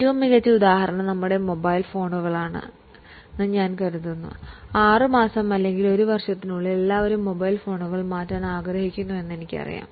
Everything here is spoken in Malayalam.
ഏറ്റവും മികച്ച ഉദാഹരണം നമ്മുടെ മൊബൈൽ ഫോണുകളാണെന്ന് ഞാൻ കരുതുന്നു 6 മാസം അല്ലെങ്കിൽ 1 വർഷത്തിനുള്ളിൽ എല്ലാവരും മൊബൈൽ ഫോണുകൾ മാറ്റാൻ ആഗ്രഹിക്കുന്നുവെന്ന് എനിക്കറിയാം